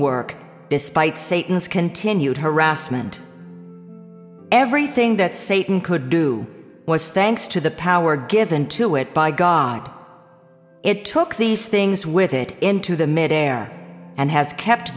work despite satan's continued harassment everything that satan could do was thanks to the power given to it by god it took these things with it into the mid air and has kept t